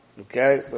okay